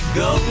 go